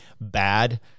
bad